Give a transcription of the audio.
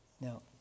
now